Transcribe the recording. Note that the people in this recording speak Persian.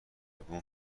بوم